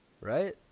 Right